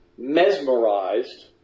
Mesmerized